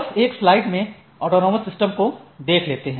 बस एक स्लाइड में ऑटॉनमस सिस्टम को देख लेते हैं